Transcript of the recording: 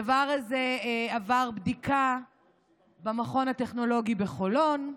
הדבר הזה עבר בדיקה במכון הטכנולוגי בחולון.